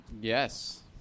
Yes